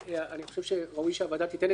אני חושב שראוי שהוועדה תיתן את דעתה